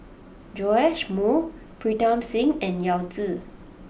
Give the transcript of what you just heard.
Joash Moo Pritam Singh and Yao Zi